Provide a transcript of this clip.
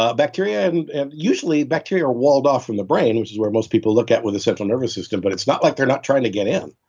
ah and and usually, bacteria are walled off from the brain, which is where most people look at with the central nervous system, but it's not like they're not trying to get in